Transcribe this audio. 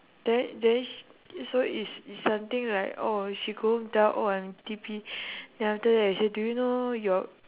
then that means is so it's it's something like oh she go home tell oh I'm in T_P then after that you say do you know your